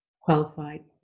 qualified